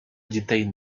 дітей